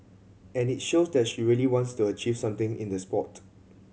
and it shows that she really wants to achieve something in the sport